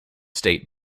state